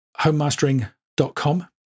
homemastering.com